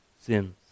sins